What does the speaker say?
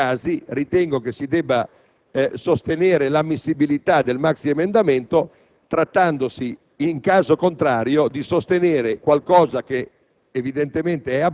in tutti gli altri casi ritengo che si debba sostenere l'ammissibilità del maxiemendamento, trattandosi, in caso contrario, di sostenere qualcosa di